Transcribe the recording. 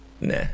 Nah